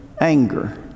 anger